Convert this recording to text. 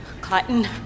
Cotton